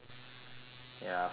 ya forgot to text her